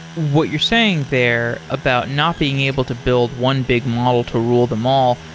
what you're saying there, about not being able to build one big model to rule them all,